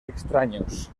extraños